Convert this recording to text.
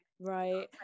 Right